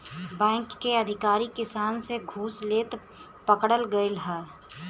bank के अधिकारी किसान से घूस लेते पकड़ल गइल ह